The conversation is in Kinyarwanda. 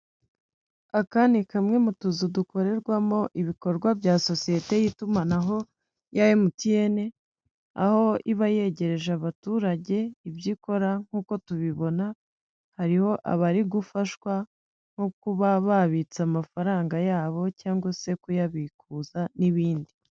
Aka ni kamwe mu tuzu dukorerwamo ibikorwa bya sosiyete y'itumanaho ya MTN aho iba yegereje abaturage ibyo ikora nk'uko tubibona hariho abari gufashwa nko kuba babitse amafaranga yabo cyangwa se kuyabikuza n'ibindi.